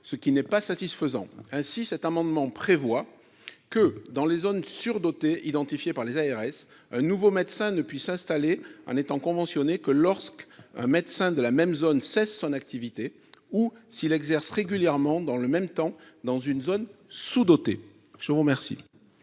ce qui n'est pas satisfaisant. Aussi, cet amendement vise à prévoir que dans les zones surdotées identifiées par les agences régionales de santé un nouveau médecin ne peut s'installer en étant conventionné que lorsqu'un médecin de la même zone cesse son activité ou s'il exerce régulièrement dans le même temps dans une zone sous-dotée. Les trois